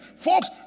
folks